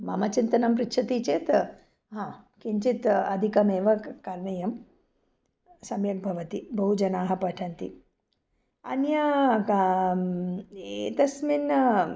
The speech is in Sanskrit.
मम चिन्तनं पृच्छति चेत् किञ्चित् अधिकमेव क करणीयं सम्यक् भवति बहु जनाः पठन्ति अन्य का एतस्मिन्